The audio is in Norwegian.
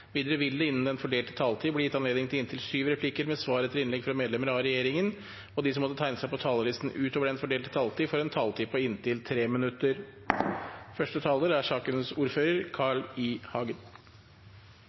Videre vil det – innenfor den fordelte taletid – bli gitt anledning til inntil fem replikker med svar etter innlegg fra medlemmer av regjeringen, og de som måtte tegne seg på talerlisten utover den fordelte taletid, får også en taletid på inntil 3 minutter. Første taler er Christian Torset, som holder innlegg for sakens ordfører.